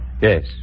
Yes